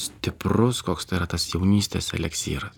stiprus koks tai yra tas jaunystės eleksyras